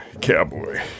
Cowboy